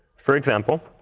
for example.